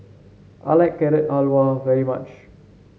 I like Carrot Halwa very much